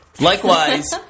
Likewise